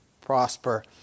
prosper